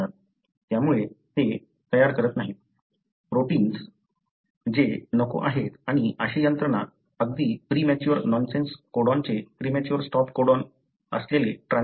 त्यामुळे ते तयार करत नाहीत प्रोटिन्स जे नको आहेत आणि अशी यंत्रणा अगदी प्रीमॅच्युअर नॉनसेन्स कोडॉनचे प्रीमॅच्युअर स्टॉप कोडॉन असलेले ट्रान्सक्रिप्ट ओळखतात